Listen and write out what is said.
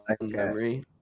memory